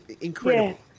Incredible